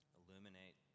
illuminate